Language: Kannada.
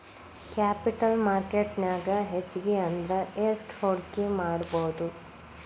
ಕ್ಯಾಪಿಟಲ್ ಮಾರ್ಕೆಟ್ ನ್ಯಾಗ್ ಹೆಚ್ಗಿ ಅಂದ್ರ ಯೆಸ್ಟ್ ಹೂಡ್ಕಿಮಾಡ್ಬೊದು?